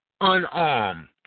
unarmed